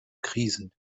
krisen